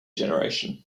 generation